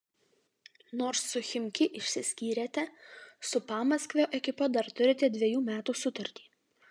nors su chimki išsiskyrėte su pamaskvio ekipa dar turite dvejų metų sutartį